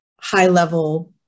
high-level